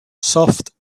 soft